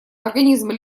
организмы